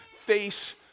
face